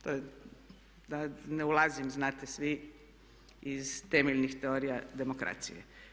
To je, da ne ulazim, znate svi, iz temeljnih teorija demokracije.